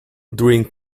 during